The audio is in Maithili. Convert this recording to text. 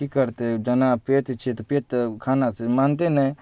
कि करतै जेना पेट छिए तऽ पेट तऽ खाना से मानतै नहि